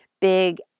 big